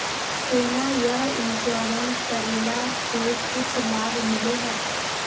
सोना यह इंश्योरेंस करेला से कुछ लाभ मिले है?